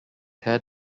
had